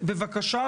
בבקשה,